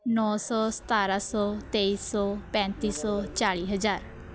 ਨੌ ਸੌ ਸਤਾਰ੍ਹਾਂ ਸੌ ਤੇਈ ਸੌ ਪੈਂਤੀ ਸੌ ਚਾਲ੍ਹੀ ਹਜ਼ਾਰ